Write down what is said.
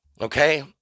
okay